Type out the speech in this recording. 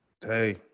Hey